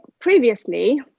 previously